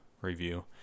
review